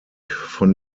von